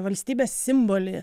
valstybės simbolį